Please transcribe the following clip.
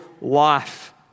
life